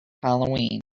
halloween